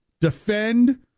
Defend